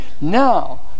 Now